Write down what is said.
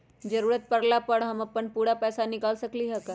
जरूरत परला पर हम अपन पूरा पैसा निकाल सकली ह का?